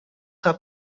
car